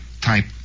type